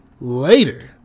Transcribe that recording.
later